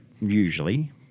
usually